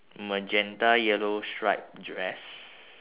magenta yellow stripe dress